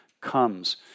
comes